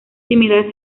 similar